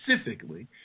specifically